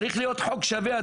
צריך להיות חוק שווה,